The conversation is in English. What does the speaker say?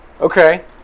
Okay